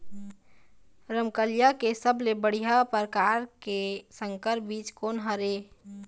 रमकलिया के सबले बढ़िया परकार के संकर बीज कोन हर ये?